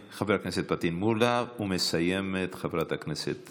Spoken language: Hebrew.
חבר הכנסת פטין מולא, ומסיימת, חברת הכנסת